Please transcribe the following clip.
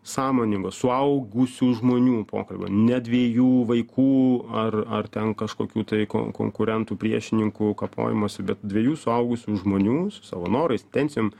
sąmoningo suaugusių žmonių pokalbio ne dviejų vaikų ar ar ten kažkokių tai kon konkurentų priešininkų kapojimosi bet dviejų suaugusių žmonių su savo norais intencijom